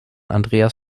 andreas